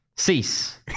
Cease